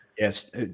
Yes